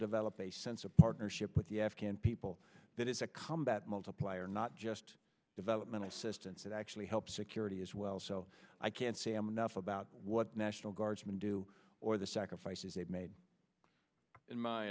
develop a sense of partnership with the afghan people that it's a combat multiplier not just development assistance it actually helps security as well so i can't say i'm enough about what national guardsmen do or the sacrifices they made in my